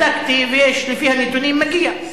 בדקתי ויש, לפי הנתונים מגיע.